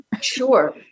Sure